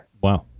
Wow